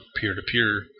peer-to-peer